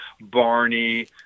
Barney